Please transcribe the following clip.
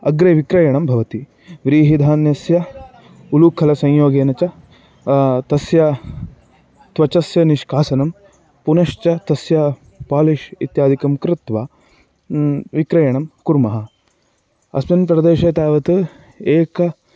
अग्रे विक्रयणं भवति व्रीहिधान्यस्य उलूखलसंयोगेन च तस्य त्वचस्य निष्कासनं पुनश्च तस्य पोलिष् इत्यादिकं कृत्वा विक्रयणं कुर्मः अस्मिन्प्रदेशे तावत् एकम्